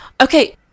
Okay